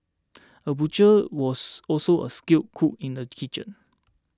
a butcher was also a skilled cook in the kitchen